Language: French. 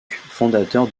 fondateur